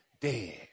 dead